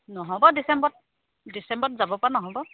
নহ'ব ডিচেম্বত ডিচেম্বত যাব পৰা নহ'ব